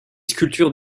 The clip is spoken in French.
sculptures